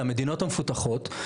למדינות המפותחות,